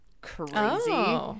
crazy